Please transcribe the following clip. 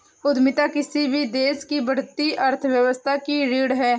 उद्यमिता किसी भी देश की बढ़ती अर्थव्यवस्था की रीढ़ है